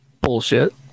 Bullshit